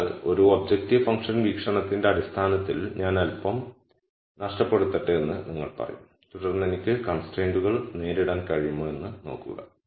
അതിനാൽ ഒരു objective function വീക്ഷണത്തിന്റെ അടിസ്ഥാനത്തിൽ ഞാൻ അൽപ്പം നഷ്ടപ്പെടുത്തട്ടെ എന്ന് നിങ്ങൾ പറയും തുടർന്ന് എനിക്ക് കൺസ്ട്രൈന്റുകൾ നേരിടാൻ കഴിയുമോ എന്ന് നോക്കുക